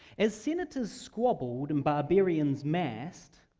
as senators squabbled and barbarians massed,